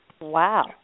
Wow